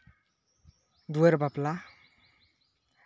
ᱫᱩᱣᱟᱹᱨ ᱵᱟᱯᱞᱟ